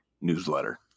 newsletter